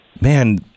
man